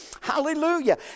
Hallelujah